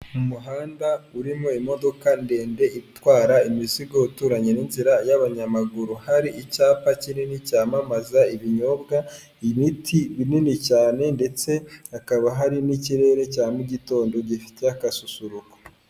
Umuhanda urimo imodoka ndende itwara imizigo uturanye n'inzira y'abanyamaguru, hari icyapa kinini cyamamaza ibinyobwa, ibiti binini cyane ndetse hakaba hari n'ikirere cya mu gitondo gifite agasusuruko.